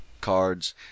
cards